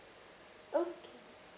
okay